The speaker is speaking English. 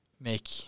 make